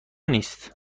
نیست